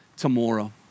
tomorrow